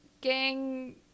gang